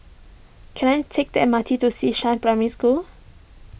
can I take the M R T to Xishan Primary School